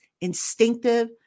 instinctive